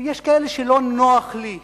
יש כאלה שלא נוח לי לידם.